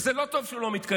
וזה לא טוב שהוא לא מתכנס.